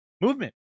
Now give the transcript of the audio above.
movement